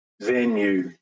venue